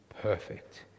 perfect